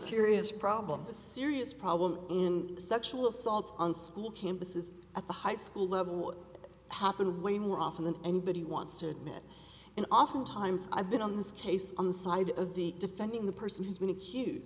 serious problems a serious problem in sexual assaults on school campuses at the high school level top in a way more often than anybody wants to admit and oftentimes i've been on this case on the side of the defending the person who's been accu